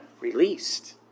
released